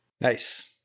Nice